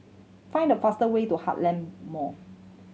find the fast way to Heartland Mall